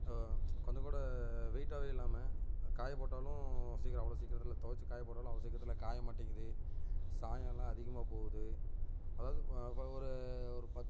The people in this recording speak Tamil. கொஞ்சம் கூட வெயிட்டாவே இல்லாமல் காய போட்டாலும் சீக்கிரம் அவ்வளோ சீக்கிரத்தில் தொவைச்சு காய போட்டாலும் அவ்வளோ சீக்கிரத்தில் காய மாட்டேங்குது சாயமெலாம் அதிகமாக போகுது அதாவது ஒரு ஒரு பத்